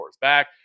back